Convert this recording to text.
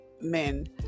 men